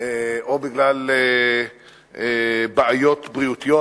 כגון פעילות החזרה בתשובה?